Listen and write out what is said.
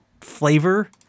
flavor